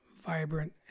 vibrant